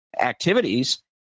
activities